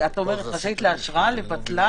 לעשות "אסיר שפוט" ו"עצורים",